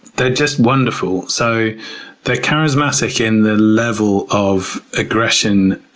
they're just wonderful. so they're charismatic in their level of aggression